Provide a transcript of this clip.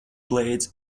blades